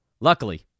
Luckily